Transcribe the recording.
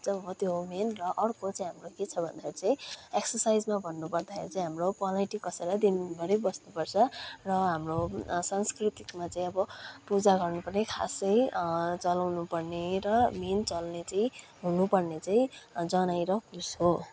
हो त्यो हो मेन र अर्को चाहिँ हाम्रो के छ भन्दाखेरि चाहिँ एक्सर्साइजमा भन्नुपर्दाखेरि चाहिँ हाम्रो पलेँटी कसेर दिनभरि बस्नुपर्छ र हाम्रो सांस्कृतिकमा चाहिँ अब पूजा गर्नुपर्ने खास चाहिँ चलाउनुपर्ने र मेन चल्ने चाहिँ हुनुपर्ने चाहिँ जनै र कुश हो